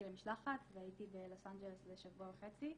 למשלחת והייתי בלוס אנג'לס לשבוע וחצי.